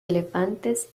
elefantes